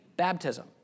baptism